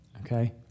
okay